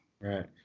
right